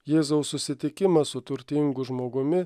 jėzaus susitikimas su turtingu žmogumi